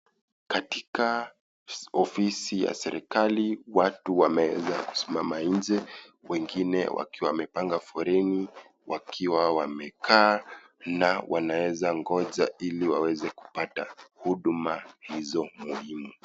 Katika ofisi ya serikali watu wameeza kusimama nje wengine wakiwa wamepanga foleni wakiwa wamekaa na wanaeza ngoja ili waweze kupata huduma hizo muhimu.